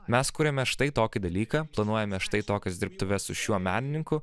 mes kuriame štai tokį dalyką planuojame štai tokias dirbtuves su šiuo menininku